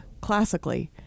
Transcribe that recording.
classically